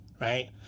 right